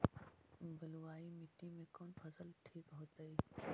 बलुआही मिट्टी में कौन फसल ठिक होतइ?